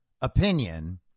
opinion